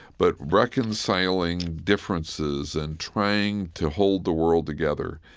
but reconciling differences and trying to hold the world together,